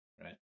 right